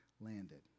landed